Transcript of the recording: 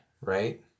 right